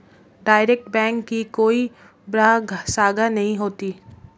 direct bank की कोई बाह्य शाखा नहीं होती